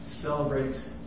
celebrates